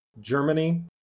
Germany